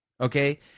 okay